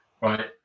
Right